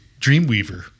Dreamweaver